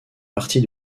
partie